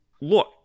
look